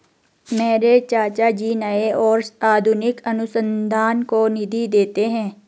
मेरे चाचा जी नए और आधुनिक अनुसंधान को निधि देते हैं